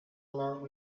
long